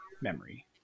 memory